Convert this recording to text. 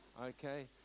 okay